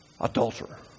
adulterer